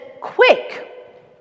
quick